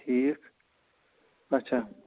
ٹھیٖک اَچھا